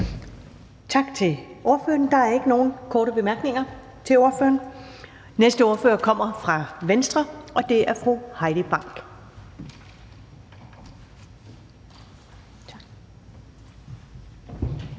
Tak til ordføreren. Der er ikke nogen korte bemærkninger til ordføreren. Næste ordfører kommer fra Venstre, og det er fru Heidi Bank. Kl.